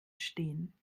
stehen